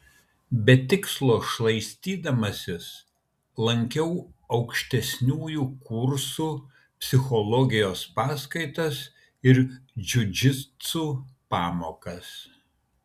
be tikslo šlaistydamasis lankiau aukštesniųjų kursų psichologijos paskaitas ir džiudžitsu pamokas